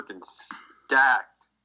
stacked